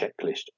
checklist